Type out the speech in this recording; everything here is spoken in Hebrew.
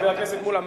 חבר הכנסת מולה,